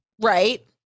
right